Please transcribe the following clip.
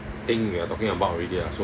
thing we are talking about already ah so